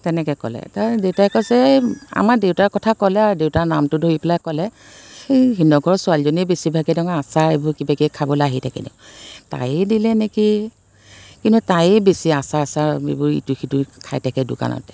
তেনেকৈ ক'লে তা দেউতাকে কৈছে এই আমাৰ দেউতাৰ কথা ক'লে আৰু দেউতাৰ নামটো ধৰি পেলাই ক'লে সেই হিৰণ্য়কৰ ছোৱালীজনীয়ে বেছিভাগে দেখোন আচাৰ এইবোৰ কিবা কিবি খাবলৈ আহি থাকে দেখোঁ তাইয়ে দিলে নেকি কিন্তু তাইয়ে বেছি আচাৰ চাচাৰ এইবোৰ ইটো সিটো খাই থাকে দোকানতে